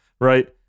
right